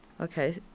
Okay